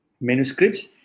manuscripts